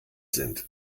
sind